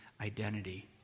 identity